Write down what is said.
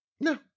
No